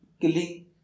killing